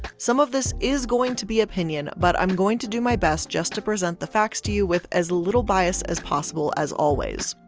some of this is going to be opinion but i'm going to do my best just to present the facts you with as little bias as possible as always.